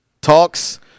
talks